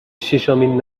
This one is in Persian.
شیشمین